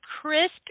crisp